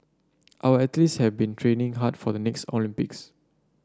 our athletes have been training hard for the next Olympics